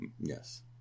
Yes